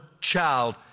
child